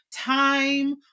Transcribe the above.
time